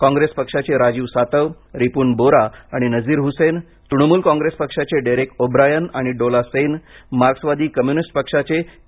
कॉंग्रेस पक्षाचे राजीव सातव रिपूण बोरा आणि नजीर हुसेन तृणमूल कॉंग्रेस पक्षाचे डेरेक ओब्रायन आणि डोला सेन मार्क्सवादी कामुनिस्ट पक्षाचे के